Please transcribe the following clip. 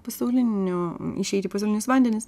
pasauliniu išeit į pasaulinius vandenis